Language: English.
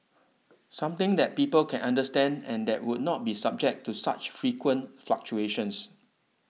something that people can understand and that would not be subject to such frequent fluctuations